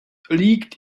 liegt